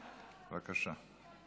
בבקשה.